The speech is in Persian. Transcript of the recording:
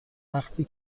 وفتی